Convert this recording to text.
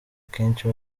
akenshi